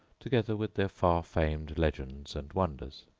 together with their far famed legends and wonders.